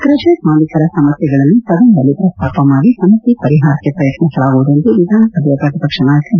crusher ಮಾಲೀಕರ ಸಮಸ್ಯೆಗಳನ್ನು ಸದನದಲ್ಲಿ ಪ್ರಸ್ತಾಪ ಮಾಡಿ ಸಮಸ್ಯೆ ಪರಿಹಾರಕ್ಕೆ ಪ್ರಯತ್ನಿಸಲಾಗುವುದು ಎಂದು ವಿಧಾನ ಸಭೆಯ ಪ್ರತಿಪಕ್ಷ ನಾಯಕ ಬಿ